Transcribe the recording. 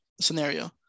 scenario